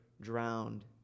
drowned